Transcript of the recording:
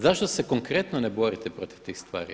Zašto se konkretno ne borite protiv tih stvari?